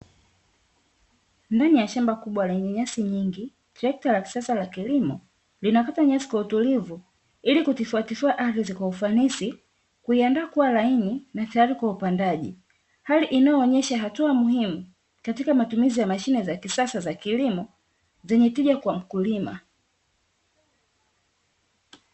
Ndani ya shamba kubwa lenye nyasi nyingi, trekta la kisasa la kilimo linakata nyasi kwa utulivu ili kutifuatifua ardhi kwa ufanisi kuiandaa kuwa laini na tayari kwa upandaji. Hali inayoonyesha hatua muhimu katika matumizi ya mashine za kisasa za kilimo zenye tija kwa mkulima.